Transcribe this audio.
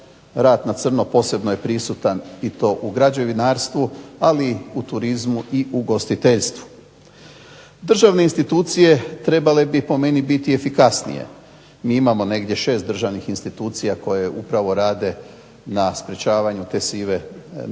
rada na crno posebno je prisutan i to u građevinarstvu, ali u turizmu i ugostiteljstvu. Državne institucije trebale bi po meni biti efikasnije. Mi imamo negdje šest državnih institucija koje upravo rade na sprečavanju te sive ekonomije